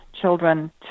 children